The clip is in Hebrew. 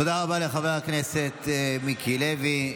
תודה רבה לחבר הכנסת מיקי לוי.